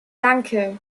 danke